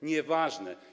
Nieważne.